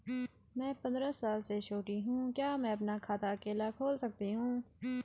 मैं पंद्रह साल से छोटी हूँ क्या मैं अपना खाता अकेला खोल सकती हूँ?